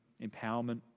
empowerment